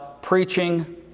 Preaching